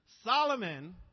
Solomon